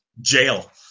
Jail